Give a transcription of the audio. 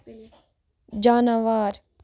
جاناوار